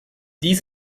dies